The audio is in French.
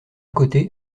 côté